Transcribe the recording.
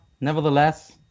nevertheless